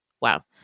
Wow